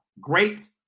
great